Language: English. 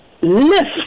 lift